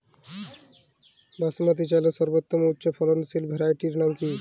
বাসমতী চালের সর্বোত্তম উচ্চ ফলনশীল ভ্যারাইটির নাম কি?